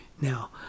Now